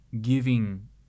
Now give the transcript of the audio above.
giving